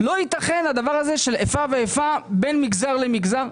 לא יתכן הדבר הזה של איפה ואיפה בין מגזר למגזר.